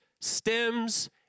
stems